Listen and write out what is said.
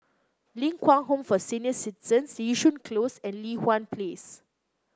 Ling Kwang Home for Senior Citizens Yishun Close and Li Hwan Place